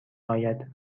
آید